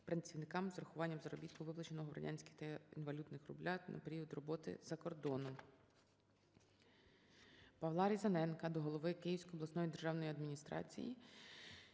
працівникам з врахуванням заробітку, виплаченого в радянських та інвалютних рублях за період роботи за кордоном. ПавлаРізаненка до голови Київської обласної державної адміністрації